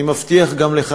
אני מבטיח גם לך,